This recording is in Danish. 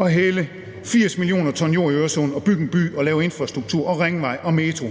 at hælde 80 mio. t jord i Øresund og bygge en by og lave infrastruktur, ringvej og metro